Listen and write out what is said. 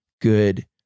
good